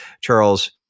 Charles